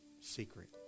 secret